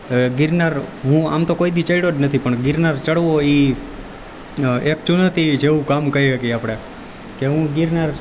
ગિરનાર હું આમ તો કોઈ દિવસ ચડ્યો જ નથી પણ ગિરનાર ચડવો એ એક ચુનૌતી જેવું કામ કહી શકીએ આપણે કે હું ગિરનાર